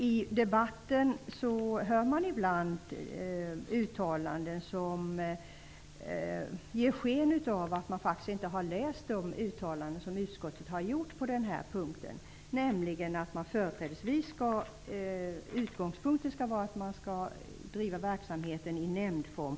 I debatten kan man ibland höra uttalanden som ger sken av att deltagarna inte har tagit del av de uttalanden som utskottet har gjort på den här punkten, nämligen att utgångspunkten skall vara att verksamheten skall bedrivas i nämndform.